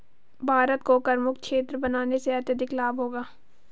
भारत को करमुक्त क्षेत्र बनाने से अत्यधिक लाभ होगा